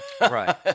Right